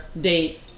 date